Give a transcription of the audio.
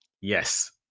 Yes